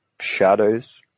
shadows